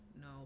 No